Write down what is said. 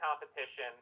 competition